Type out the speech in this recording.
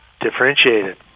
differentiated